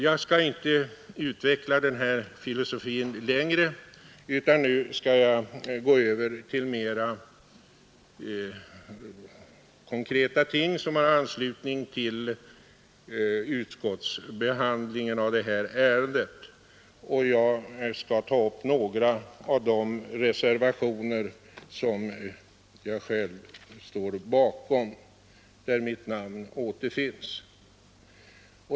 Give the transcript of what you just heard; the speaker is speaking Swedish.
Jag skall inte mera utveckla den här filosofin utan gå över till mera konkreta ting som har anknytning till utskottsbehandlingen av detta ärende. Jag skall ta upp några av de reservationer som jag själv står bakom.